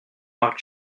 marc